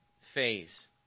phase